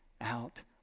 out